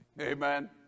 Amen